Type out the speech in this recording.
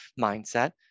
mindset